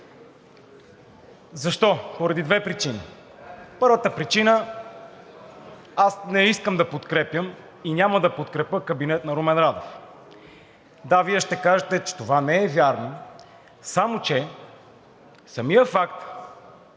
Защо? Поради две причини. Първата причина: аз не искам да подкрепям и няма да подкрепя кабинет на Румен Радев. Да, Вие ще кажете, че това не е вярно, само че самият факт,